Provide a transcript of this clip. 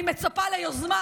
אני מצפה ליוזמה.